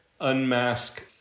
unmask